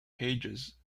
pages